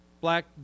black